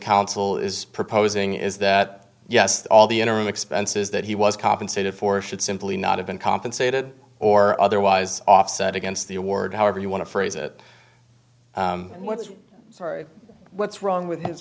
counsel is proposing is that yes to all the interim expenses that he was compensated for should simply not have been compensated or otherwise offset against the award however you want to phrase it and what's sorry what's wrong with his